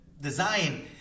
Design